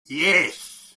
yes